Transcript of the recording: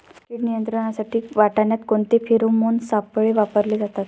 कीड नियंत्रणासाठी वाटाण्यात कोणते फेरोमोन सापळे वापरले जातात?